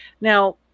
Now